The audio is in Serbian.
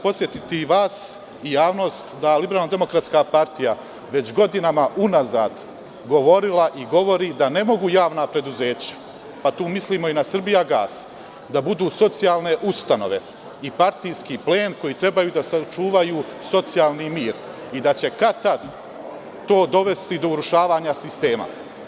Podsetiću i vas i javnost da je LDP već godinama unazad govorila i govori da ne mogu javna preduzeća, a tu mislimo i na „Srbijagas“, da budu socijalne ustanove i partijski plen koji trebaju da sačuvaju socijalni mir i da će kad-tad to dovesti do urušavanja sistema.